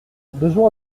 besoin